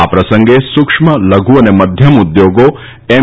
આ પ્રસંગે સુક્ષ્મ લઘુ અને મધ્યમ ઉદ્યોગો એમ